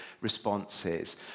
responses